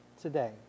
today